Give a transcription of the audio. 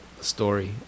story